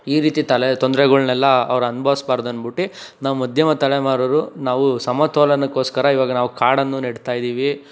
ಈ ರೀತಿ ತಲೆ ತೊಂದರೆಗಳನ್ನೆಲ್ಲ ಅವರು ಅನ್ಭವ್ಸ್ಬಾರ್ದು ಅನ್ಬುಟ್ಟಿ ನಾವು ಮಧ್ಯಮ ತಲೆಮಾರೋರು ನಾವು ಸಮತೋಲನಕ್ಕೋಸ್ಕರ ಇವಾಗ ನಾವು ಕಾಡನ್ನು ನೆಡ್ತಾ ಇದ್ದೀವಿ